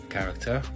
Character